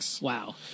Wow